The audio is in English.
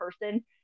person